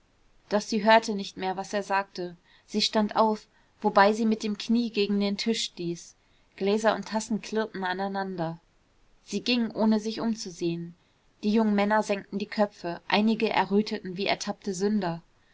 doch sie hörte nicht mehr was er sagte sie stand auf wobei sie mit dem knie gegen den tisch stieß gläser und tassen klirrten aneinander sie ging ohne sich umzusehen die jungen männer senkten die köpfe einige erröteten wie ertappte sünder